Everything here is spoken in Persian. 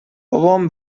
بابام